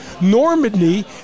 Normandy